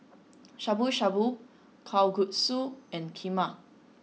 Shabu Shabu Kalguksu and Kheema